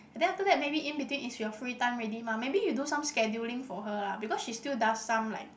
then after that maybe in between is your free time already mah maybe you do some scheduling for her lah because she still does some like